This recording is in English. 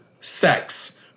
sex